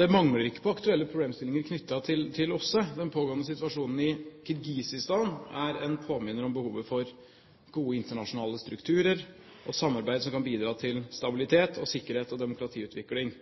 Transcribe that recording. Det mangler ikke på aktuelle problemstillinger knyttet til OSSE – den pågående situasjonen i Kirgisistan er en påminner om behovet for gode internasjonale strukturer og samarbeid som kan bidra til stabilitet, sikkerhet og